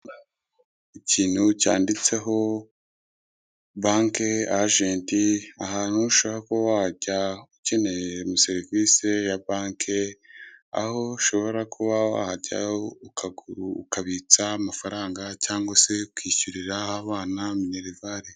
Ikintu cyanditseho banke ajenti ahantu ushobora kuba wajye ukeneye nka serivise ya banke, aho ushobora kuba wajya ukabitsa amafaranga cyangwa se ukishyurira abana minerevare.